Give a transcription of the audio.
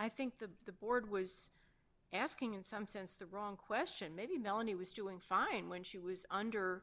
i think the the board was asking in some sense the wrong question maybe melanie was doing fine when she was under